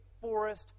forest